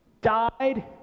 died